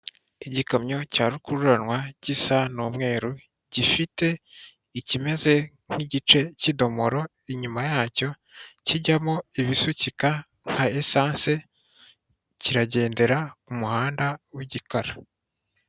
Igikamyo cya rukururanwa gisa n'umweru gifite ikimeze nk'igice cy'idomoro inyuma yacyo kijyamo ibisukika nka esanse, kiragendera ku muhanda w'igikara.